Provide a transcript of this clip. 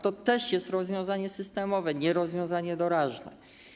To też jest rozwiązanie systemowe, a nie rozwiązanie doraźne.